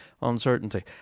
Uncertainty